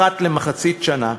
אחת למחצית שנה,